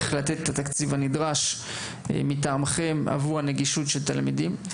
לתת את התקציב הנדרש מטעמכם עבור הנגישות של תלמידים.